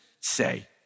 say